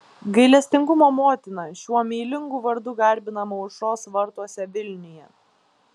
gailestingumo motina šiuo meilingu vardu garbinama aušros vartuose vilniuje